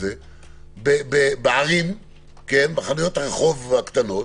זה בחנויות הרחוב הקטנות